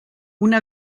una